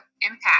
impact